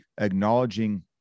acknowledging